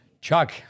Chuck